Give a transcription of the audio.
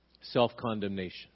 Self-condemnation